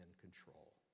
control